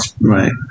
right